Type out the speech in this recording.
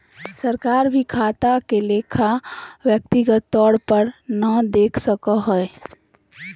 सरकार भी खाता के लेखा व्यक्तिगत तौर पर नय देख सको हय